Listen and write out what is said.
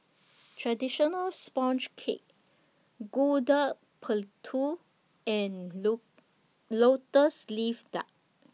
Traditional Sponge Cake Gudeg Putih and Lotus Leaf Duck